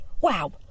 Wow